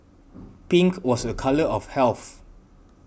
pink was a colour of health